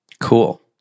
Cool